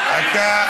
אתה,